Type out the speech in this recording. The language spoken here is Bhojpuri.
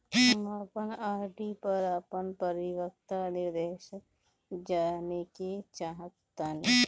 हम अपन आर.डी पर अपन परिपक्वता निर्देश जानेके चाहतानी